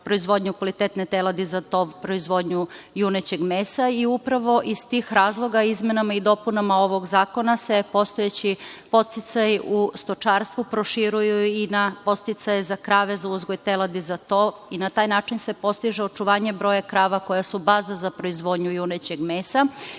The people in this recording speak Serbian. proizvodnju kvalitetne teladi za tov proizvodnju junećeg mesa i upravo iz tih razloga izmenama i dopunama ovog zakona se postojeći podsticaju u stočarstvu proširuju i na podsticaje za krave za uzgoj teladi za tov i na taj način se postiže očuvanje broja krava koja su baza za proizvodnju junećeg mesa